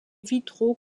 vitraux